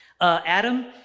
Adam